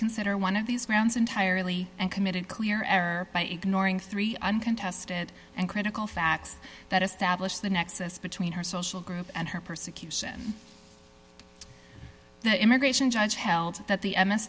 consider one of these grounds entirely and committed clear error by ignoring three uncontested and critical facts that establish the nexus between her social group and her persecution the immigration judge held that